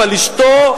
על אשתו,